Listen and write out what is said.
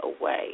away